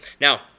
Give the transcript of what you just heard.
Now